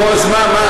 נו אז מה?